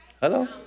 Hello